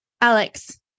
Alex